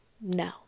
no